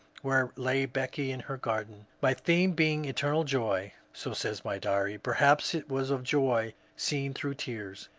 where lay becky in her garden, my theme being eternal joy. so says my diary perhaps it was of joy seen through tears.